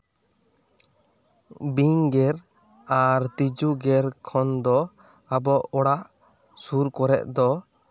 ᱵᱤᱧ ᱜᱮᱨ ᱟᱨ ᱛᱤᱡᱩ ᱜᱮᱨ ᱠᱷᱚᱱ ᱫᱚ ᱟᱵᱚ ᱚᱲᱟᱜ ᱥᱩᱨ ᱠᱚᱨᱮᱜ ᱫᱚ